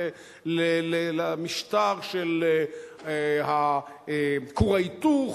למשטר של כור ההיתוך,